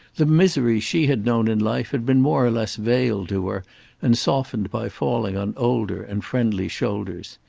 the misery she had known in life had been more or less veiled to her and softened by falling on older and friendly shoulders.